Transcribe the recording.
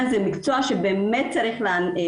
בהקשר נוסף,